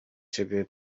ciebie